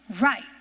right